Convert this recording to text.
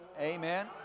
Amen